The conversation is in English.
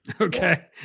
okay